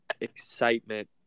excitement